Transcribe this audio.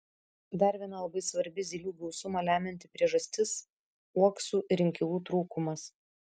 dar viena labai svarbi zylių gausumą lemianti priežastis uoksų ir inkilų trūkumas